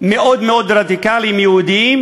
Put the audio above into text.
ומאוד מאוד רדיקליים יהודיים.